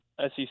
SEC